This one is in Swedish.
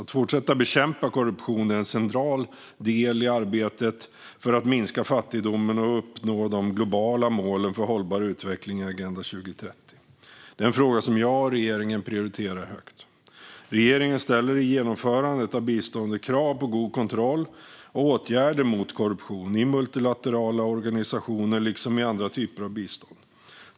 Att fortsätta bekämpa korruption är en central del i arbetet för att minska fattigdomen och uppnå de globala målen för hållbar utveckling i Agenda 2030. Det är en fråga som jag och regeringen prioriterar högt. Regeringen ställer i genomförandet av biståndet krav på god kontroll och åtgärder mot korruption i multilaterala organisationer liksom i andra typer av bistånd.